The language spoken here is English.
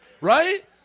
right